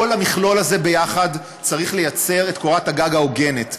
כל המכלול הזה ביחד צריך לייצר את קורת הגג ההוגנת,